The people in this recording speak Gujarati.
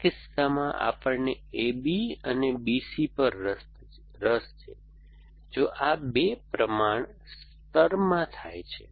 આ કિસ્સામાં આપણને AB અને BC પર રસ છે જો આ 2 પ્રમાણ સ્તરમાં થાય છે